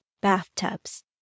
bathtubs